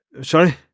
Sorry